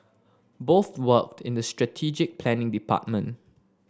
both worked in the strategic planning department